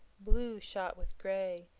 blue shot with grey,